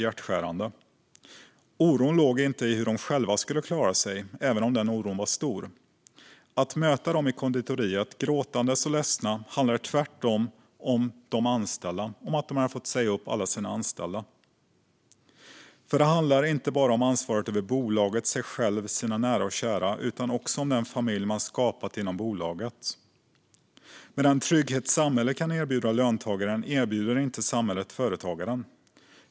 Deras oro ligger inte i hur de själva ska klara sig, även om den oron är stor. När jag mötte dem i konditoriet, gråtande och ledsna, handlade det tvärtom om alla de anställda som de har fått säga upp. Det handlar alltså inte bara om ansvaret för bolaget, sig själv och sina nära och kära utan också om den familj man har skapat inom bolaget. Den trygghet som samhället kan erbjuda löntagaren erbjuder samhället nämligen inte företagaren.